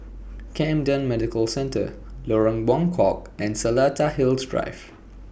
Camden Medical Centre Lorong Buangkok and Seletar Hills Drive